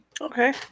Okay